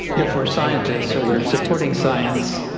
if we are scientists or you are supporting science,